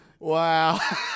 Wow